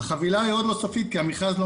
החבילה עדיין לא סופית כי המכרז לא